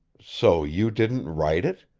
so you didn't write it?